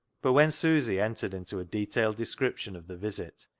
but when susy entered into a detailed description of the visit,